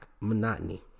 monotony